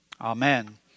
Amen